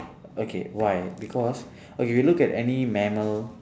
okay why because okay you look at any mammal